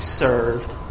served